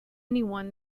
anyone